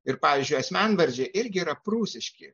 ir pavyzdžiui asmenvardžiai irgi yra prūsiški